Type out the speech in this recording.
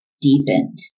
deepened